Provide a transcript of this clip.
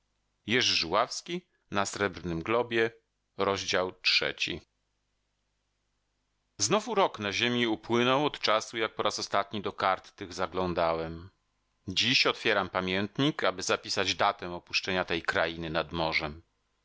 o nich powiększam swój ból i swą tęsknotę znowu rok na ziemi upłynął od czasu jak po raz ostatni do kart tych zaglądałem dziś otwieram pamiętnik aby zapisać datę opuszczenia tej krainy nad morzem